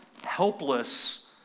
helpless